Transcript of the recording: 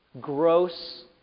Gross